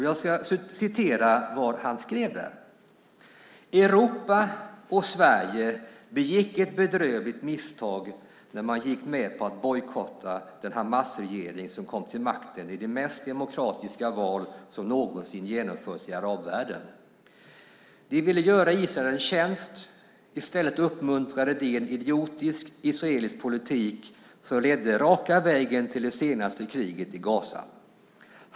Jag ska citera vad han skrev där: "Europa - och Sverige - begick ett bedrövligt misstag när man gick med på att bojkotta den Hamasregering som kom till makten i de mest demokratiska val som någonsin genomförts i arabvärlden. De ville göra Israel en tjänst. I stället uppmuntrade de en idiotisk israelisk politik som ledde raka vägen till det senaste kriget i Gaza.